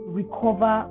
recover